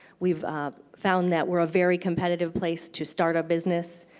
we've found that we're a very competitive place to start a business.